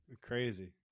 Crazy